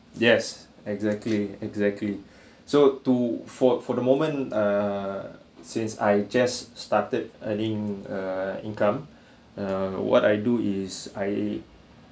yes exactly exactly so to for for the moment err since I just started earning err income err what I do is I